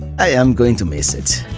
i am going to miss it.